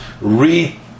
re